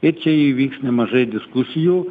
ir čia įvyks nemažai diskusijų